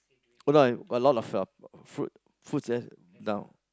hold on got a lot of uh fruit fruits here down